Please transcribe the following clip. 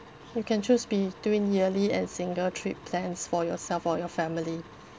you can choose between yearly and single trip plans for yourself or your family